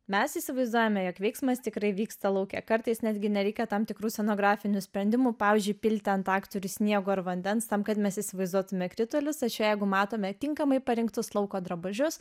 mes įsivaizduojame jog veiksmas tikrai vyksta lauke kartais netgi nereikia tam tikrų scenografinių sprendimų pavyzdžiui pilti ant aktorių sniego ar vandens tam kad mes įsivaizduotume kritulius tačiau jeigu matome tinkamai parinktus lauko drabužius